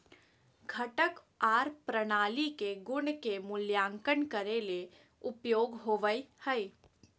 घटक आर प्रणाली के गुण के मूल्यांकन करे ले उपयोग होवई हई